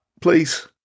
please